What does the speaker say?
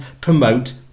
promote